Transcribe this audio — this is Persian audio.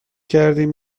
کردیم